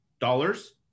dollars